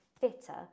fitter